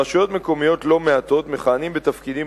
ברשויות מקומיות לא מעטות מכהנים בתפקידים